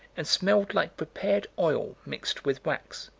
and smelled like prepared oil mixed with wax.